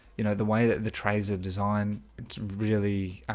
you know the way that the trays of design, it's really